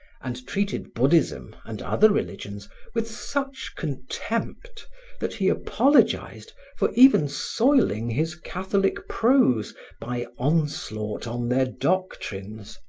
and treated buddhism and other religions with such contempt that he apologized for even soiling his catholic prose by onslaught on their doctrines.